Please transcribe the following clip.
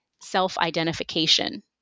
self-identification